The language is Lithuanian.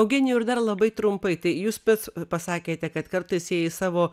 eugenijau ir dar labai trumpai tai jūs pats pasakėte kad kartais jai savo